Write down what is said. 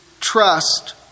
trust